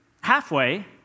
halfway